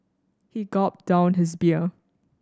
he gulped down his beer